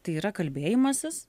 tai yra kalbėjimasis